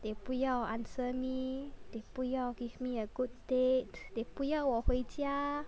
they 不要 answer me they 不要 give me a good date they 不要我回家